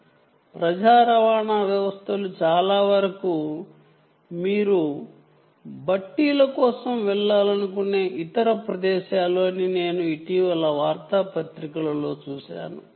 ఇవి చాలావరకు ప్రజా రవాణా వ్యవస్థలు ఇతర ప్రదేశాలు మీరు వెళ్లే కియోస్క్ లు ఉపయోగిస్తున్నారు అని నేను ఇటీవల వార్తాపత్రికలలో చూశాను